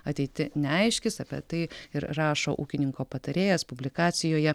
ateiti neaiškis apie tai ir rašo ūkininko patarėjas publikacijoje